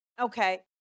okay